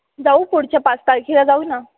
जाऊ पुढच्या पाच तारखेला जाऊ ना